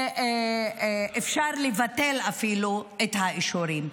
ואפשר לבטל אפילו את האישורים.